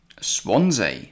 Swansea